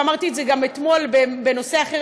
גם אמרתי את זה אתמול בנושא אחר,